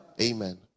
Amen